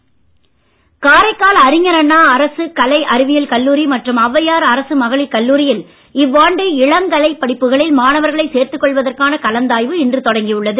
காரைக்கால் கல்லூரி காரைக்கால் அறிஞர் அண்ணா அரசு கலை அறிவியல் கல்லூரி மற்றும் அவ்வையார் அரசு மகளிர் கல்லூரியில் இவ்வாண்டு இளங்கலைப் படிப்புகளில் மாணவர்களை சேர்த்துக் கொள்வதற்கான கலந்தாய்வு இன்று தொடங்கி உள்ளது